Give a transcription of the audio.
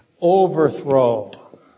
Overthrow